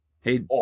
Hey